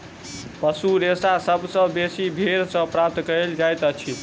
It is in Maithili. पशु रेशा सभ सॅ बेसी भेंड़ सॅ प्राप्त कयल जाइतअछि